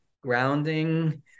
grounding